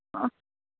ஆ